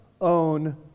own